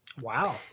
Wow